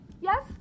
Yes